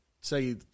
say